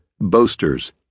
boasters